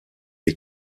les